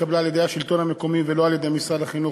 התקבלה על-ידי השלטון המקומי ולא על-ידי משרד החינוך.